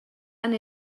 han